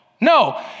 No